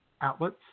outlets